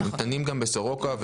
ניתנים גם ב- ׳סורוקה׳,